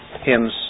hymns